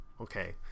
Okay